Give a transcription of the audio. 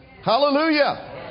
Hallelujah